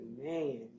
man